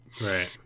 Right